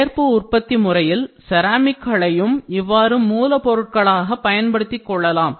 சேர்ப்பு உற்பத்தி முறையில் செராமிக் களையும் இவ்வாறு மூலப் பொருட்களாக பயன்படுத்திக் கொள்ளலாம்